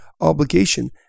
obligation